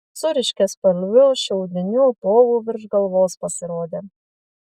su ryškiaspalviu šiaudiniu povu virš galvos pasirodė